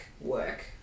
work